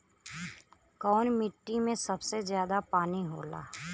कौन मिट्टी मे सबसे ज्यादा पानी होला?